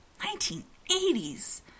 1980s